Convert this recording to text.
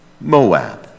Moab